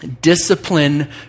Discipline